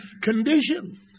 condition